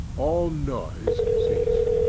all noise ceased.